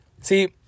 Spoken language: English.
See